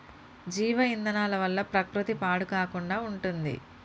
జీవ ఇంధనాల వల్ల ప్రకృతి పాడు కాకుండా ఉంటుంది